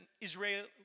Israel